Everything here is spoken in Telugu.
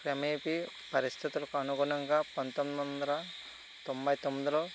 క్రమేపి పరిస్థితులకు అనుగుణంగా పంతొమ్మిది వందల తొంభై తొమ్మిదిలో